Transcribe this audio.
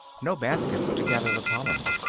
no baskets to gather the pollen.